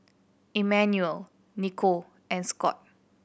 Immanuel Nikko and Scott